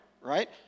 right